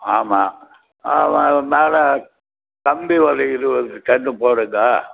ஆமாம் ஆமாம் மேலே கம்பி ஒரு இருபது கல் போடுங்கள்